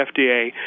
FDA